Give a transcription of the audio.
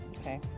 Okay